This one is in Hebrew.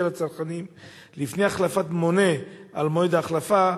לצרכנים לפני החלפת מונה על מועד ההחלפה,